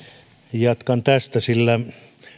jatkan tästä sillä